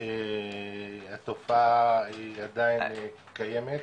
התופעה היא עדיין קיימת.